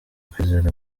kwizera